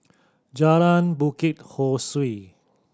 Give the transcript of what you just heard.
Jalan Bukit Ho Swee